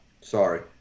Sorry